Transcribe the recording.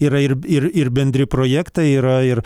yra ir ir ir bendri projektai yra ir